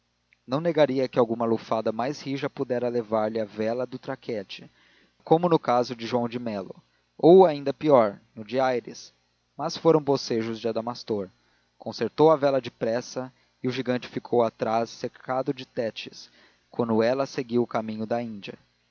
não negaria que alguma lufada mais rija pudera levar-lhe a vela do traquete como no caso de joão de melo ou ainda pior no de aires mas foram bocejos de adamastor concertou a vela depressa e o gigante ficou atrás cercado de tétis enquanto ela seguiu o caminho da índia